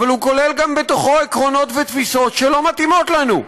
אבל הוא כולל בתוכו גם עקרונות ותפיסות של מתאימות לנו,